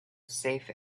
safe